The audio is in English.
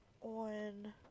on